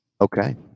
okay